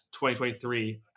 2023